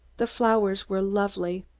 the flowers were lovely.